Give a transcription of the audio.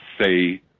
say